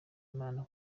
imana